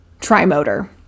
trimotor